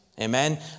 Amen